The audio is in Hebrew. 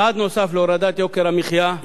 צעד נוסף להורדת יוקר המחיה,